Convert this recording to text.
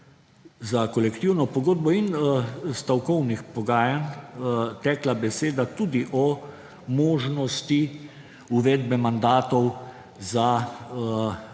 za kolektivno pogodbo in stavkovnih pogajanj tekla beseda tudi o možnosti uvedbe mandatov za